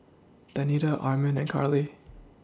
Danita Armin and Carley